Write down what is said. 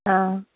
अँ